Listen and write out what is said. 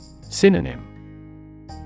Synonym